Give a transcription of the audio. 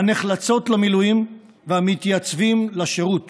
הנחלצות למילואים והמתייצבים לשירות